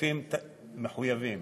ככספים מחויבים.